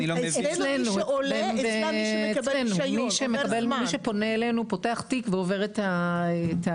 אצלנו, מי שפונה אלינו פותח תיק ועובר את התהליך.